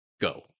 Go